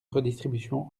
redistribution